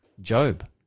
Job